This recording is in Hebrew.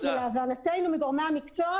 בהבנתנו מגורמי המקצוע,